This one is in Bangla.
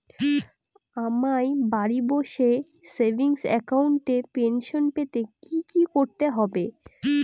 আমায় বাড়ি বসে সেভিংস অ্যাকাউন্টে পেনশন পেতে কি কি করতে হবে?